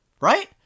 right